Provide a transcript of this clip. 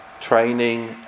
training